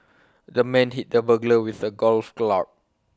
the man hit the burglar with A golf club